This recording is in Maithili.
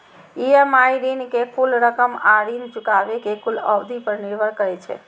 ई.एम.आई ऋण के कुल रकम आ ऋण चुकाबै के कुल अवधि पर निर्भर करै छै